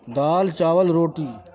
دال چاول روٹی